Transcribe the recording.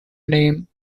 name